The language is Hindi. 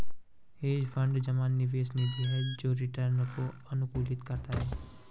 हेज फंड जमा निवेश निधि है जो रिटर्न को अनुकूलित करता है